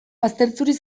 bazterturik